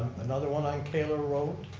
another one on taylor road.